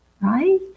right